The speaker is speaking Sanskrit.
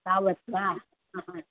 तावत् वा हा हा